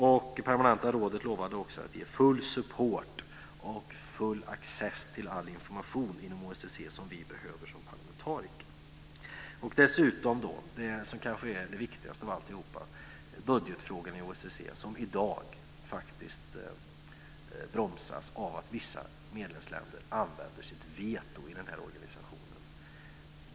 Det permanenta rådet lovade också att ge full support och full access till all information inom OSSE som vi behöver som parlamentariker. Det kanske viktigaste av alltihop är budgetfrågan inom OSSE, som i dag faktiskt bromsas av att vissa medlemsländer använder sitt veto i den här organisationen.